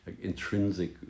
intrinsic